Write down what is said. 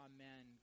Amen